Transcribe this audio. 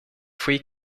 three